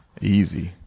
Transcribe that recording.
Easy